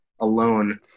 alone